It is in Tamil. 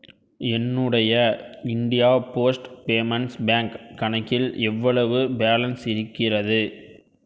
என்னுடைய இந்தியா போஸ்ட் பேமெண்ட்ஸ் பேங்க் கணக்கில் எவ்வளவு பேலன்ஸ் இருக்கிறது